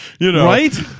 Right